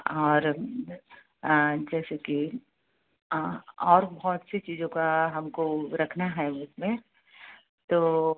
और जैसे की और बहुत सी चीज़ों को हम को रखना है इस में तो